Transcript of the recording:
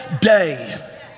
day